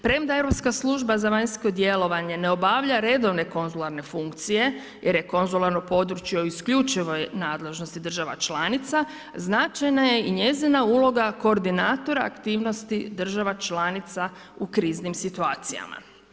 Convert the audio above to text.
Prema Europska služba za vanjsko djelovanje ne obavlja redovne konzularne funkcije jer je konzularno područje u isključivoj nadležnosti država članica, značajna je i njezina uloga koordinatora aktivnosti država članica u kriznim situacijama.